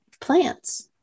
plants